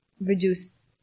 reduce